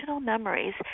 memories